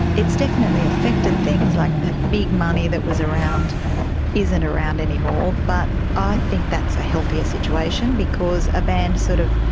it's definitely affected things, like that big money that was around isn't around any more, but i think that's a healthier situation because a band sort of,